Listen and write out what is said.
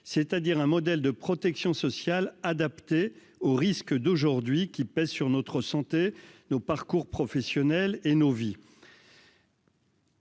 c'est-à-dire un modèle de protection sociale adaptée au risque d'aujourd'hui qui pèse sur notre santé, nos parcours professionnel et nos vies.